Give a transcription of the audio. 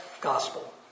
Gospel